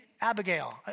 Abigail